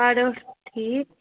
ساڈٕ ٲٹھ ٹھیٖک